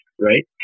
right